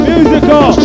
Musical